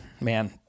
man